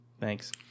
Thanks